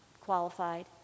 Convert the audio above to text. qualified